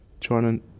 trying